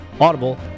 Audible